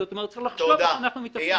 זאת אומרת, צריך לחשוב איך --- תודה.